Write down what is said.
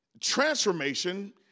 Transformation